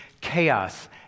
chaos